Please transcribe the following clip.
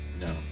No